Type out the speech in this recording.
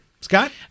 Scott